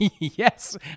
Yes